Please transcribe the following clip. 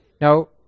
Now